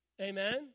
Amen